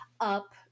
up